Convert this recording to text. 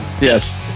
Yes